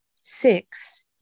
Six